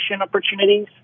opportunities